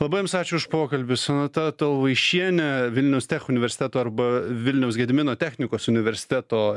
labai jums ačiū už pokalbį sonata tolvaišienė vilniaus tech universteto arba vilniaus gedimino technikos universiteto